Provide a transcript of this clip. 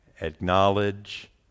Acknowledge